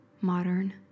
modern